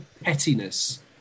pettiness